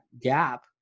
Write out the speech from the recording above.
gap